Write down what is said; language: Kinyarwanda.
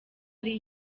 ari